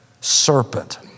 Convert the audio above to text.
serpent